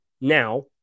now